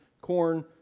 Corn